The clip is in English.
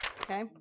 Okay